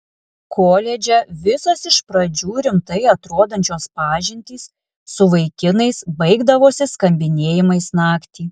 koledže visos iš pradžių rimtai atrodančios pažintys su vaikinais baigdavosi skambinėjimais naktį